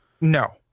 No